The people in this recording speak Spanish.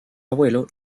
abuelo